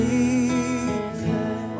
Jesus